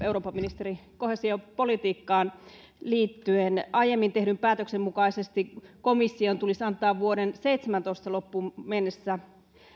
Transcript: eurooppaministeri koheesiopolitiikkaan liittyen aiemmin tehdyn päätöksen mukaisesti komission tulisi antaa vuoden kaksituhattaseitsemäntoista loppuun mennessä